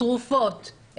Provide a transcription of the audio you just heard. תרופות,